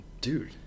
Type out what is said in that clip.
Dude